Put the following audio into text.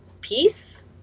peace